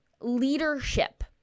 leadership